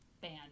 band